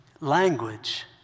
language